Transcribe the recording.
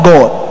God